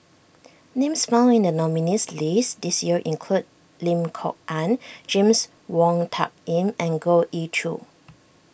names found in the nominees' list this year include Lim Kok Ann James Wong Tuck Yim and Goh Ee Choo